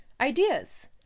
ideas